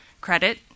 credit